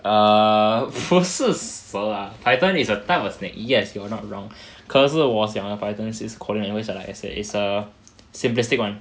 err 不是蛇 lah python is a type of snake yes you are not wrong 可是我想的 python is coding language lah like I said it's a simplistic [one]